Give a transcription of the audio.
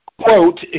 quote